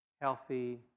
healthy